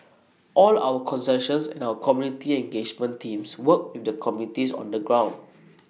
all our concessions and our community engagement teams work with the communities on the ground